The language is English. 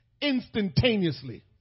instantaneously